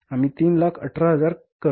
आम्ही 318000 कर्ज घेतले आहे